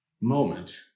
moment